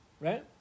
Right